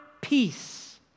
peace